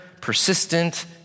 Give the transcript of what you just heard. persistent